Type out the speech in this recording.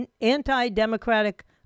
anti-democratic